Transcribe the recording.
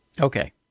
Okay